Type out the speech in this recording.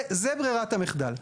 זה ברירת המחדל.